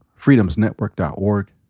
freedomsnetwork.org